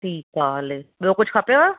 ठीक आहे हले ॿियो कुझु खपेव